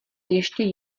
ještě